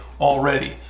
already